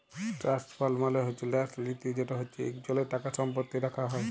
trust fund মালে হছে ল্যাস লিতি যেট হছে ইকজলের টাকা সম্পত্তি রাখা হ্যয়